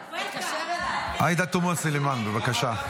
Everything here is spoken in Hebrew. עאידה תומא סלימאן, בבקשה.